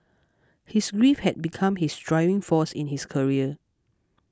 his grief had become his driving force in his career